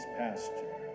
pasture